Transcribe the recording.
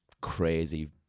crazy